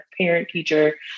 parent-teacher